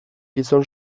gizon